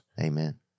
Amen